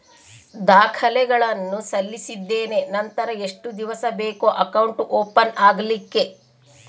ದಾಖಲೆಗಳನ್ನು ಸಲ್ಲಿಸಿದ್ದೇನೆ ನಂತರ ಎಷ್ಟು ದಿವಸ ಬೇಕು ಅಕೌಂಟ್ ಓಪನ್ ಆಗಲಿಕ್ಕೆ?